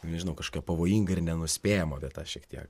nežinau kažka pavojinga ir nenuspėjama vieta šiek tiek